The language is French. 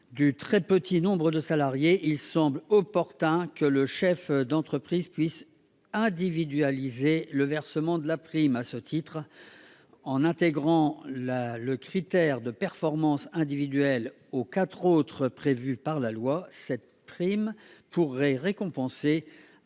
du très petit nombre de salariés concernés, il semble opportun que le chef d'entreprise puisse individualiser le versement de la prime. À ce titre, en intégrant le critère de performance individuelle aux quatre autres prévus par le texte, cette prime pourrait récompenser un ou plusieurs